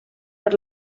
per